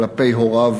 כלפי הוריו,